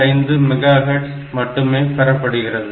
125 megahertz மட்டுமே பெறப்படுகிறது